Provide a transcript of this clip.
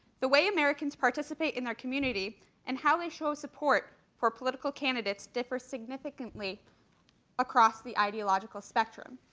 the way americans participate in our communities and how it shows support for political candidates differs significantly across the ideological spectrum.